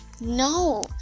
no